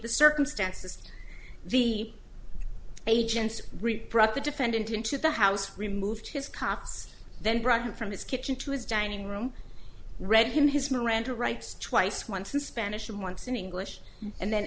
the circumstances the agents reproach the defendant into the house removed his cops then brought him from his kitchen to his dining room read him his miranda rights twice once in spanish and once in english and then